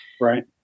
Right